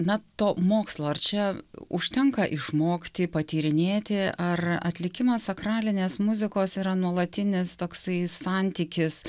na to mokslo ar čia užtenka išmokti patyrinėti ar atlikimas sakralinės muzikos yra nuolatinis toksai santykis